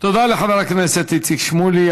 תודה לחבר הכנסת איציק שמולי.